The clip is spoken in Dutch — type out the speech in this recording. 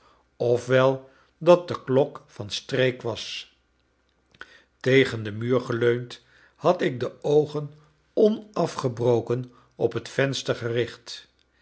wel dat de klok van streek was tegen den muur geleund had ik de oogen onafgebroken op het venster gericht